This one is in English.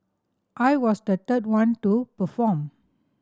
I was the third one to perform